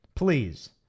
Please